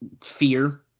fear